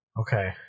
Okay